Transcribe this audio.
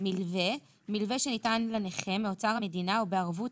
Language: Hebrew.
"מילווה" מילווה שניתן לנכה מאוצר המדינה או בערבות